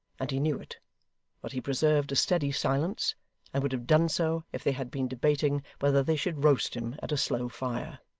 and he knew it but he preserved a steady silence and would have done so, if they had been debating whether they should roast him at a slow fire.